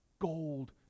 Gold